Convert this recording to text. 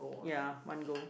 ya one go